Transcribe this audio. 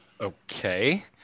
Okay